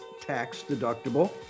tax-deductible